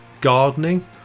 gardening